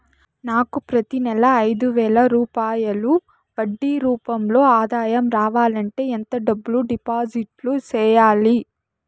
నాకు ప్రతి నెల ఐదు వేల రూపాయలు వడ్డీ రూపం లో ఆదాయం రావాలంటే ఎంత డబ్బులు డిపాజిట్లు సెయ్యాలి?